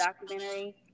documentary